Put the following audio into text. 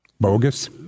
Bogus